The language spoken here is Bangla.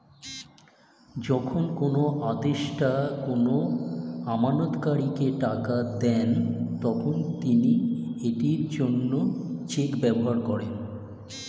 যখন কোনো আদেষ্টা কোনো আমানতকারীকে টাকা দেন, তখন তিনি এটির জন্য চেক ব্যবহার করেন